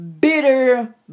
bitter